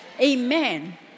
Amen